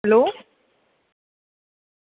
hello